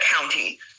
county